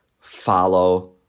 follow